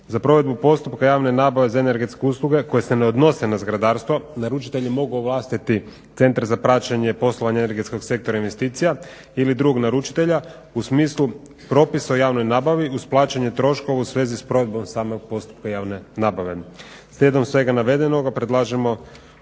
Za provedbu postupka javne nabave za energetske usluge koje se ne odnose na zgradarstvo naručitelji mogu ovlastiti centar za praćenje, poslovanje energetskog sektora investicija ili drugog naručitelja u smislu propis o javnoj nabavi uz plaćanje troškova u svezi s provedbom samog postupka javne nabave. Slijedom svega navedenoga predlažemo